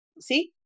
see